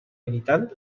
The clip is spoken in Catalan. evitant